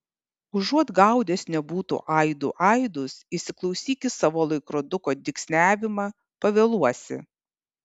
užuot gaudęs nebūtų aidų aidus įsiklausyk į savo laikroduko dygsniavimą pavėluosi